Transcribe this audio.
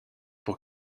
pour